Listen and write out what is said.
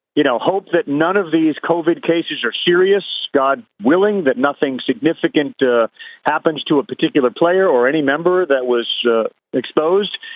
you know hope that none of these covert cases are serious. god willing, that nothing significant happens to a particular player or any member that was exposed,